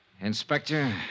Inspector